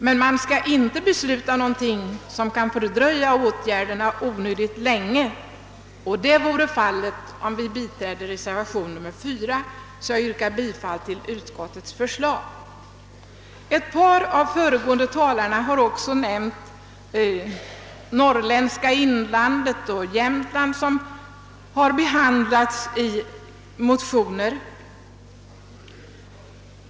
Men man skall inte besluta någonting som kan fördröja åtgärderna onödigt länge — och det vore fallet om vi biträdde reservationen 4. Jag yrkar därför bifall till utskottets förslag. Ett par av de föregående talarna har nämnt problemen i norrländska inlandet och Jämtland, som har behandlats 1 motioner.